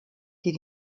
die